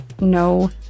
no